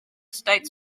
states